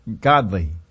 godly